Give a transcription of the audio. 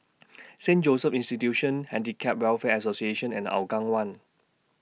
Saint Joseph's Institution Handicap Welfare Association and Hougang one